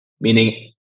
Meaning